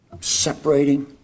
Separating